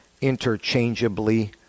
interchangeably